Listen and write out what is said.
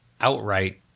outright